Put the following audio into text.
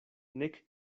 nek